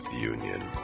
Union